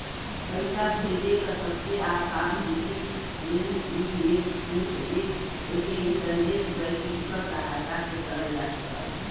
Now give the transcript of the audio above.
पैसा भेजे क सबसे आसान विधि एन.ई.एफ.टी हउवे एके इंटरनेट बैंकिंग क सहायता से करल जा सकल जाला